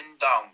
down